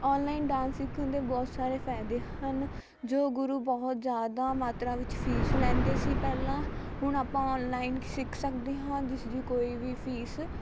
online dance ਸਿੱਖਣ ਦੇ ਬਹੁਤ ਸਾਰੇ ਫਾਇਦੇ ਹਨ ਜੋ ਗੁਰੂ ਬਹੁਤ ਜ਼ਿਆਦਾ ਮਾਤਰਾ ਵਿੱਚ ਫੀਸ ਲੈਂਦੇ ਸੀ ਪਹਿਲਾਂ ਹੁਣ ਆਪਾਂ ਔਨਲਾਈਨ ਸਿੱਖ ਸਕਦੇ ਹਾਂ ਜਿਸ ਦੀ ਕੋਈ ਵੀ ਫੀਸ